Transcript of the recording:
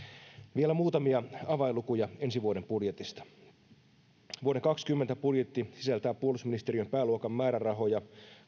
vielä muutamia avainlukuja ensi vuoden budjetista vuoden kaksikymmentä budjetti sisältää puolustusministeriön pääluokan määrärahoja